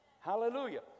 Hallelujah